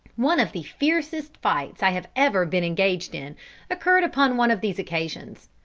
one of the fiercest fights i have ever been engaged in occurred upon one of these occasions.